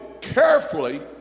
carefully